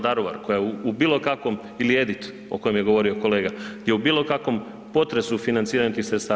Daruvar koja je u bilo kakvom ili „Edit“ o kojem je govorio kolega je u bilo kakvom potresu financiranja tih sredstava.